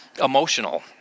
emotional